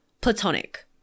platonic